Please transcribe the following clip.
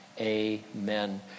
Amen